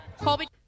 Colby